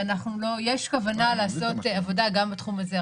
ויש כוונה לעשות עבודה גם בתחום הזה.